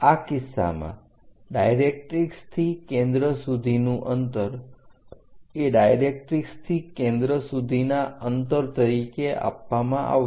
આ કિસ્સામાં ડાઇરેક્ટરીક્ષ થી કેન્દ્ર સુધીનું અંતર એ ડાઇરેક્ટરીક્ષ થી કેન્દ્ર સુધીનાં અંતર તરીકે આપવામાં આવશે